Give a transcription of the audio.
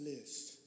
list